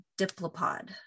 diplopod